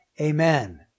Amen